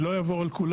אני לא אעבור על כולן,